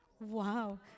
Wow